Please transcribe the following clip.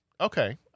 okay